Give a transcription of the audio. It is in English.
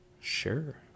sure